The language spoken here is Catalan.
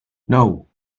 nou